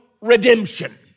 redemption